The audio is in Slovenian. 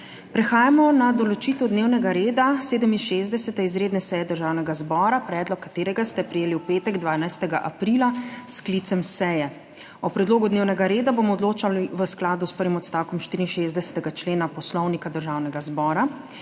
Prehajamo na določitev dnevnega reda 67. izredne seje Državnega zbora, predlog katerega ste prejeli v petek. 12. aprila s sklicem seje. O predlogu dnevnega reda bomo odločali v skladu s prvim odstavkom 64. člena Poslovnika Državnega zbora.